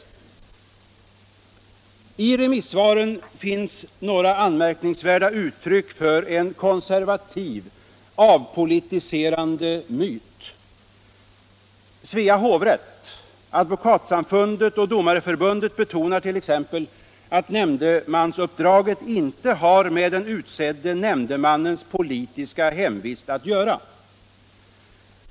I remissyttrandena över departementspromemorian finns några anmärkningsvärda uttryck för en konservativ avpolitiserande myt. Svea hovrätt, Advokatsamfundet och Domareförbundet betonade t.ex. att nämndemansuppdraget inte har med den utsedde nämndemannens politiska hemvist att göra.